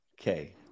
Okay